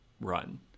run